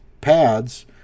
pads